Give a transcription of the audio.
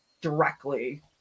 directly